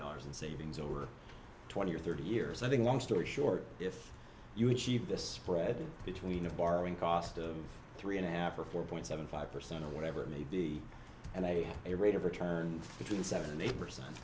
dollars in savings over twenty or thirty years i think long story short if you achieve this thread between the borrowing cost of three and a half or four point seven five percent or whatever it may be and they have a rate of return between seven and eight